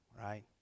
right